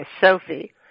Sophie